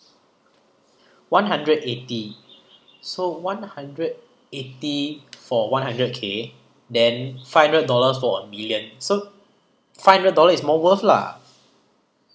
one hundred eighty so one hundred eighty for one hundred K then five hundred dollars for a million so five hundred dollars is more worth lah